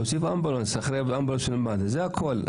להוסיף אמבולנס אחרי אמבולנס של מד"א, זה הכול.